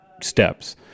steps